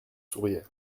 souriait